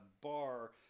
bar